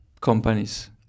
companies